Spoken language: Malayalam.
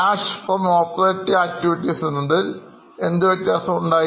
Cash from operating activities എന്നതിൽ എന്തു വ്യത്യാസം ഉണ്ടായി